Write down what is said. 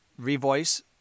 revoice